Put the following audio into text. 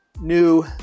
new